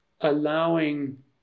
allowing